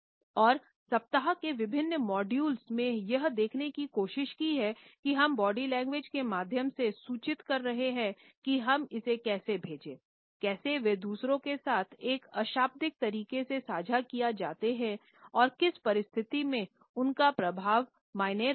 और सप्ताह के विभिन्न मॉड्यूल में यह देखने की कोशिश की है कि हम बॉडी लैंग्वेज के माध्यम से सूचित कर रहे हैं कि हम इसे कैसे भेजे कैसे वे दूसरों के साथ एक अशाब्दिक तरीके से साझा किए जाते हैं और किस परिस्थिति में उनका प्रभाव मायने रखता है